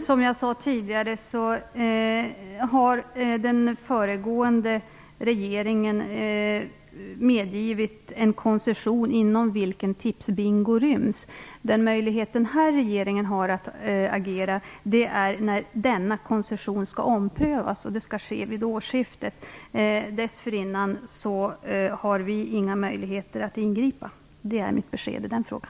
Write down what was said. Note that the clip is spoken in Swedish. Fru talman! Som jag tidigare sade har den föregående regeringen medgivit en koncession inom vilken Tipsbingo ryms. Den möjlighet den nuvarande regeringen har att agera är när denna koncession skall omprövas, och det skall ske vid årsskiftet. Dessförinnan har vi inga möjligheter att ingripa. Det är mitt besked i den frågan.